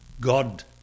God